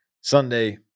sunday